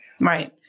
Right